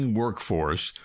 workforce